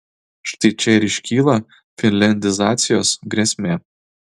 štai čia ir iškyla finliandizacijos grėsmė